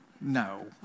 No